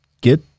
get